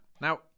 Now